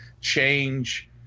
change